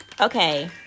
Okay